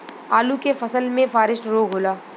आलू के फसल मे फारेस्ट रोग होला?